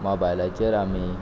मोबायलाचेर आमी